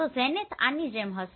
તો ઝેનિથ આની જેમ હશે